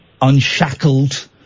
unshackled